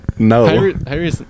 No